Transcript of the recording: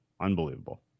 unbelievable